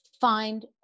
find